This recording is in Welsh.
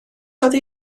oddi